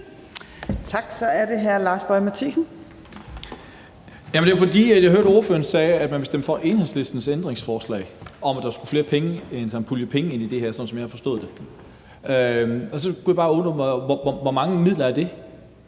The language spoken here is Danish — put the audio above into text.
Hvor mange midler er det?